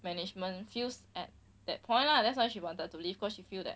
management feels at that point lah that's why she wanted to leave cause she feel that